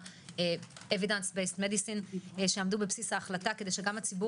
evidence based שעמדו בבסיס ההחלטה כדי שגם הציבור